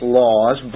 laws